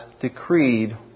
decreed